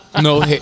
No